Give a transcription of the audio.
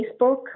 Facebook